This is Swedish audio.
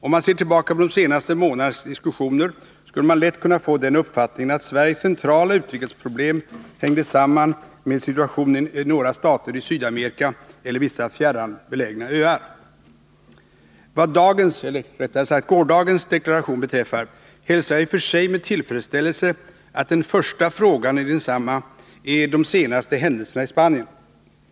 Om man ser tillbaka på de senaste månadernas diskussioner skulle man lätt kunna få den uppfattningen att Sveriges centrala utrikesproblem hängde samman med situationen i några stater i Sydamerika eller vissa fjärran belägna öar. Vad dagens -— eller rättare sagt gårdagens — deklaration beträffar hälsar jag i och för sig med tillfredsställelse att den första frågan i densamma är de senaste händelserna i Spanien.